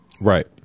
Right